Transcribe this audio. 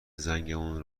زنگمون